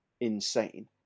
insane